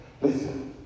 Listen